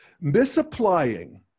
misapplying